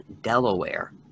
Delaware